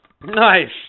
Nice